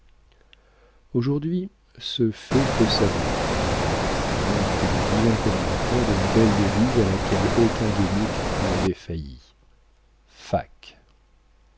aujourd'hui ce fait peut s'avouer ces mains étaient le vivant commentaire de la belle devise à laquelle aucun guénic n'avait failli